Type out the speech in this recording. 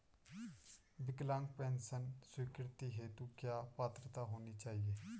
विकलांग पेंशन स्वीकृति हेतु क्या पात्रता होनी चाहिये?